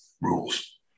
rules